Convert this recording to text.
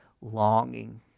longing